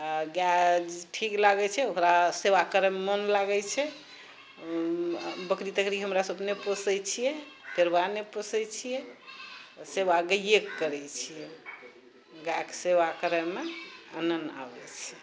आ गाय ठीक लागै छै ओकरा सेवा करैमे मोन लागै छै बकरी तकरी तऽ हमरा सभके नहि पोसए छिऐ केरुआ नहि पोसए छिऐ सेवा गायके करै छिऐ गायके सेवा करएमे आनन्द आबए छै